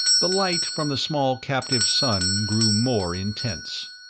the light from the small captive sun grew more intense.